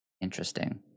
interesting